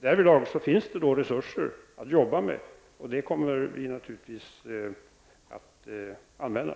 Därvidlag finns det resurser att arbeta med. Dem kommer vi naturligtvis att använda.